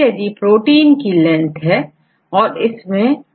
database में protein के दूसरे प्रचलित या अल्टरनेट नेम भी पता चल जाएंगे